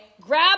grab